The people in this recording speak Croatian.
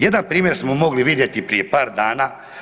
Jedan primjer smo mogli vidjeti prije par dana.